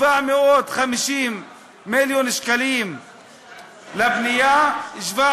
750 מיליון שקלים לבנייה, 750